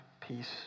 peace